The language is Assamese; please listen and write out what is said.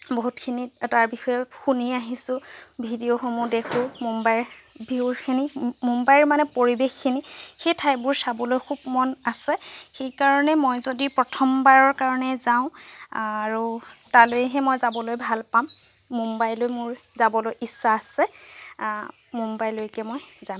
বহুতখিনি তাৰ বিষয়ে শুনি আহিছো ভিডিঅ'সমূহ দেখো মুম্বাইৰ ভিউখিনি মুম্বাই মানে পৰিৱেশখিনি সেই ঠাইবোৰ চাবলৈ খুব মন আছে সেইকাৰণে মই যদি প্ৰথম বাৰৰ কাৰণে যাওঁ আৰু তালৈহে মই যাবলৈ ভাল পাম মুম্বাইলৈ মোৰ যাবলৈ ইচ্ছা আছে আ মুম্বাইলৈকে মই যাম